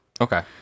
Okay